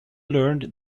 learned